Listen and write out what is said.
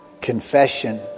confession